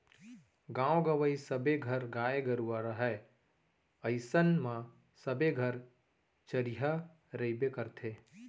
गॉंव गँवई सबे घर गाय गरूवा रहय अइसन म सबे घर चरिहा रइबे करथे